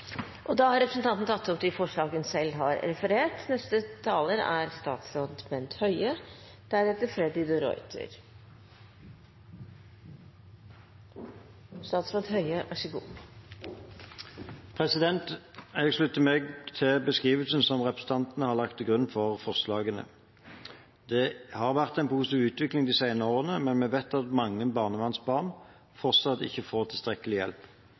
hun refererte til. Jeg slutter meg til beskrivelsen som representantene har lagt til grunn for forslagene. Det har vært en positiv utvikling de senere årene, men vi vet at mange barnevernsbarn fortsatt ikke får tilstrekkelig hjelp.